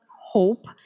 hope